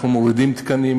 אנחנו מורידים תקנים,